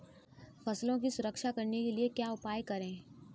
फसलों की सुरक्षा करने के लिए क्या उपाय करें?